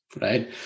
right